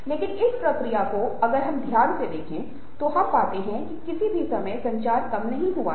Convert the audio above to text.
लेकिन इस प्रक्रिया को अगर हम ध्यान से देखें तो हम पाते हैं कि किसी भी समय संचार कम नहीं हुआ है